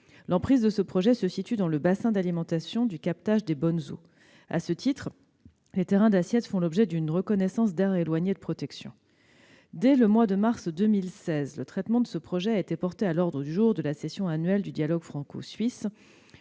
le canton de Vaud, se situe dans le bassin d'alimentation du captage des Bonnes Eaux. À ce titre, les terrains d'assiette font l'objet d'une reconnaissance d'aire éloignée de protection. Dès le mois de mars 2016, le traitement de ce projet a été porté à l'ordre du jour de la session annuelle du dialogue franco-suisse,